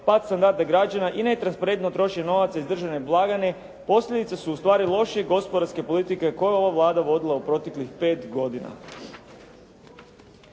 pa standarda građana i netransparentno trošenje novaca iz državne blagajne posljedica su ustvari lošije gospodarske politike koju je ova Vlada vodila u proteklih pet godina.